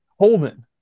Holden